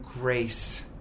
grace